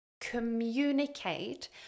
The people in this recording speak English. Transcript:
communicate